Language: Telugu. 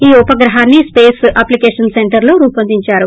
ఈ ఉపగ్రహాన్ని స్పేస్ అప్లికేషన్ సెంటర్ అహ్మదాబాద్లో రూపొందించారు